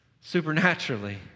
supernaturally